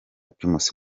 primus